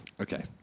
Okay